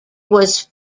was